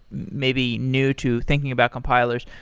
maybe, new to thinking about compilers,